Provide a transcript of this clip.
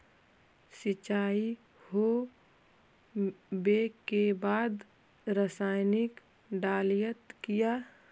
सीचाई हो बे के बाद रसायनिक डालयत किया?